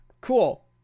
cool